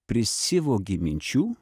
prisivogi minčių